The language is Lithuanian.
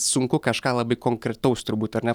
sunku kažką labai konkretaus turbūt ar ne